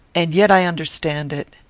and yet i understand it.